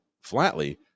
flatly